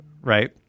Right